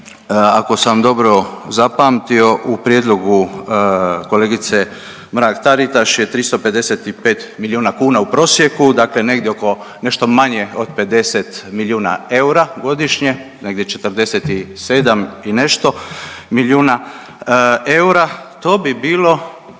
ako sam dobro zapamtio u prijedlogu kolegice Mrak-Taritaš je 355 milijuna kuna u prosjeku. Dakle, negdje oko nešto manje od 50 milijuna eura godišnje, negdje 47 i nešto milijuna eura to bi bilo